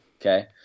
Okay